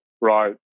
right